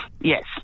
Yes